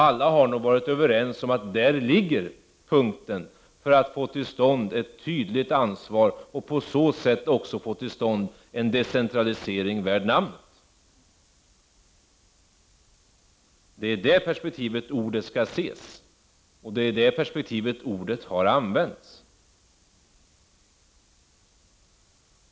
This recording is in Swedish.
Alla har nog varit överens om att där ligger grunden för att få till stånd ett tydligt ansvar och på så sätt också få till stånd en decentralisering värd namnet. Det är i det perspektivet som ordet skall ses. Det är i det perspektivet som ordet har använts.